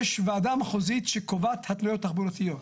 יש ועדה מחוזית שקובעת התניות תחבורתיות.